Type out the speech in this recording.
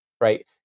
right